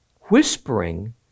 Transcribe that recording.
Whispering